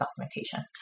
documentation